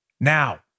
Now